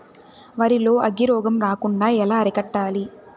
వరి లో అగ్గి రోగం రాకుండా ఎలా అరికట్టాలి?